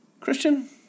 christian